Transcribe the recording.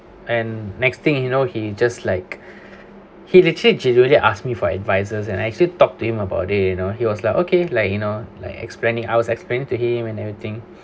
and next thing you know he just like he literally genuinely asked me for advices and I actually talk to him about it you know he was like okay like you know like explaining like I was explaining to him and everything